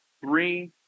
three